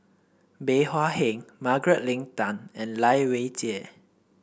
Bey Hua Heng Margaret Leng Tan and Lai Weijie